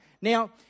Now